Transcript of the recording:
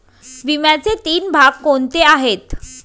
विम्याचे तीन भाग कोणते आहेत?